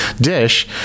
dish